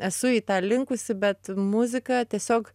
esu į tą linkusi bet muzika tiesiog